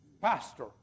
Pastor